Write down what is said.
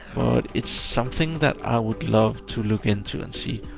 but it's something that i would love to look into and see,